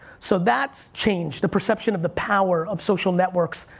so that's changed, the perception of the power of social networks,